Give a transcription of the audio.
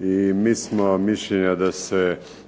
I mi smo mišljenja da se